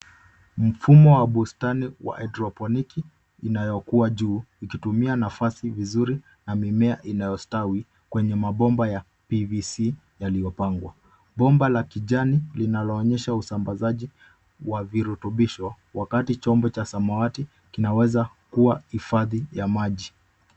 Mfumo wa bustani wa hydroponiki inayokuwa juu ikitumia nafasi vizuri na mimea inayostawi kwenye mabomba ya PVC , yaliyopangwa. Bomba la kijani linaloonyesha usambazaji wa virutubisho, wakati chombo cha samawati kinaweza kuwa hifadhi ya maji.